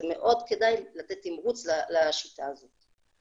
מאוד כדאי לתת תמריץ לשיטה הזו.